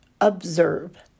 Observe